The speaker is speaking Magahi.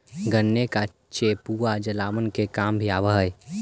गन्ने का चेपुआ जलावन के काम भी आवा हई